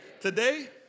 today